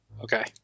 Okay